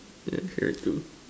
yeah I hear it too